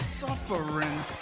suffering